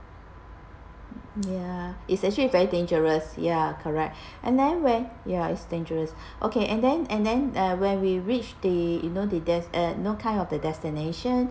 ya it's actually very dangerous ya correct and then when ya it's dangerous okay and then and then uh when we reach the you know the des~ uh you know kind of the destination